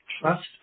Trust